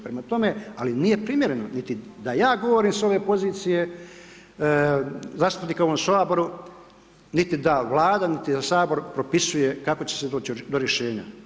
Prema tome, nije primjereno, niti da ja govorim s ove pozicije, zastupnika u ovom Saboru, niti da Vlada ni Sabor propisuje kako će se doći do rješenja.